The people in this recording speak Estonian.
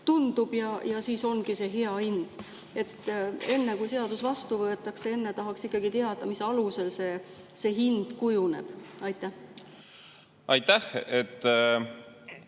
tundub, ja siis see ongi see hea hind? Enne kui seadus vastu võetakse, tahaks ikkagi teada, mis alusel see hind kujuneb. Aitäh! Ma